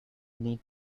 need